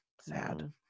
Sad